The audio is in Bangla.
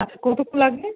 কতক্ষণ লাগবে